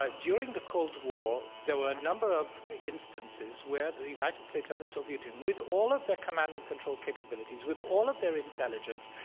like during the cold war, there were a number of instances where the united states and the soviet union, with all of their command and control capabilities, with all of their intelligence,